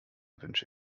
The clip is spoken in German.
wünsche